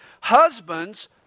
Husbands